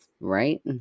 right